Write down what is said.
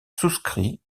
souscrit